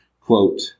Quote